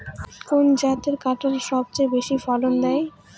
কোন জাতের কাঁঠাল সবচেয়ে বেশি ফলন দেয়?